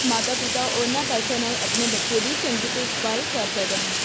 ਮਾਤਾ ਪਿਤਾ ਉਹਨਾਂ ਪੈਸਿਆਂ ਨਾਲ ਆਪਣੇ ਬੱਚੇ ਦੀ ਚੰਗੀ ਦੇਖਭਾਲ ਕਰ ਸਕਣ